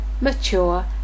mature